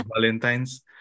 valentine's